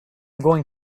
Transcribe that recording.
going